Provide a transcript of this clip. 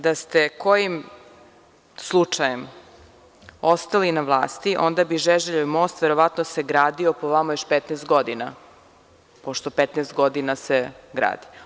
Da ste kojim slučajem ostali na vlasti onda bi „Žeželjev most“ verovatno se gradio po vama još 15 godina pošto 15 godina se gradi.